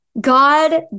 God